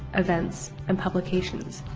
events, and publications.